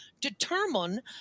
determine